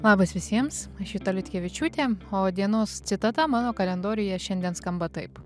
labas visiems aš juta liutkevičiūtė o dienos citata mano kalendoriuje šiandien skamba taip